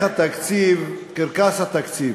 איך התקציב, קרקס התקציב.